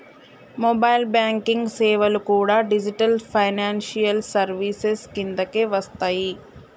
mobile banking సేవలు కూడా digital financial services కిందకే వస్తయ్యి